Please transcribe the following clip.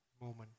moment